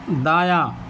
دایاں